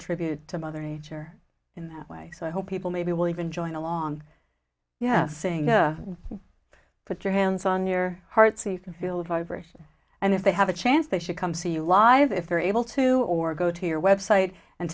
tribute to mother nature in that way so i hope people maybe will even join along yes saying put your hands on your hearts they feel a vibration and if they have a chance they should come see you live if they're able to or go to your website and